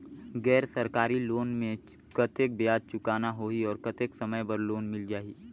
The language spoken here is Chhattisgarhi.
गैर सरकारी लोन मे कतेक ब्याज चुकाना होही और कतेक समय बर लोन मिल जाहि?